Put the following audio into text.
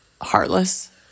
heartless